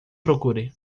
procure